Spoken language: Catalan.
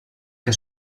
que